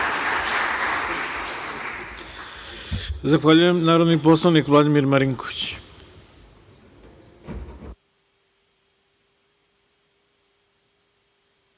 Zahvaljujem. Narodni poslanik Vladimir Marinković.